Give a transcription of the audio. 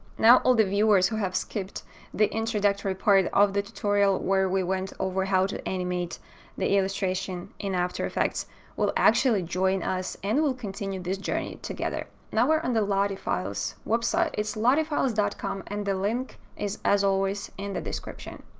now all the viewers who have skipped the introductory part of the tutorial where we went over how to animate the illustration in after effects will actually join us and we'll continue this journey together. now, we run and the lottie files website is lottiefiles dot com and the link is as always in the description.